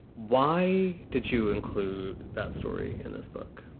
why did you include that story in this book?